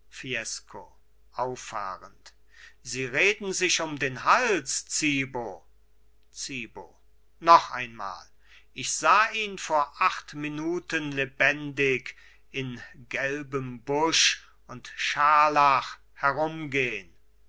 auffahrend sie reden sich um den hals zibo zibo noch einmal ich sah ihn vor acht minuten lebendig in gelbem busch und scharlach herumgehn